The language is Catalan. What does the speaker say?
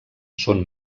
són